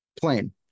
Plain